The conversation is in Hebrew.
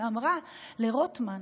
שאמרה לרוטמן: